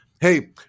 Hey